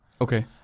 Okay